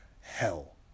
hell